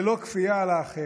אך ללא כפייה על האחר.